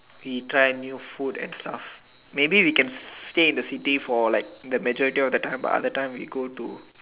he try a new food and stuff maybe we can stay in the city for like majority of the time but other time we go to